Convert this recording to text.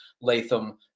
Latham